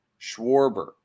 Schwarber